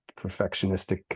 perfectionistic